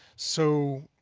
so,